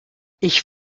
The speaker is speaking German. ich